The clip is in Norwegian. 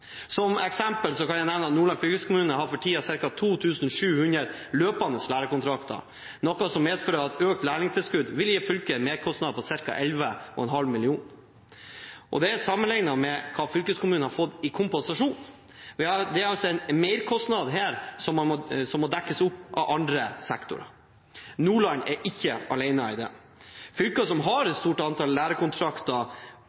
Som eksempel kan jeg nevne at Nordland fylkeskommune for tiden har ca. 2 700 løpende lærekontrakter, noe som medfører at økt lærlingtilskudd vil gi fylket en merkostnad på ca. 11,5 mill. kr sammenlignet med det fylkeskommunen har fått i kompensasjon. Det er altså en merkostnad her som må dekkes opp av andre sektorer. Og Nordland er ikke alene. Fylker som har et stort antall lærekontrakter,